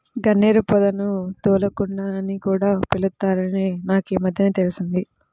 గన్నేరు పొదను దూలగుండా అని కూడా పిలుత్తారని నాకీమద్దెనే తెలిసింది